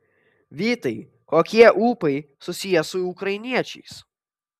vytai kokie ūpai susiję su ukrainiečiais